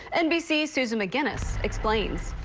nbc's susan mcginnis explains.